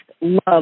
love